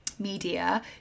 media